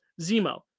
Zemo